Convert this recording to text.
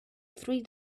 three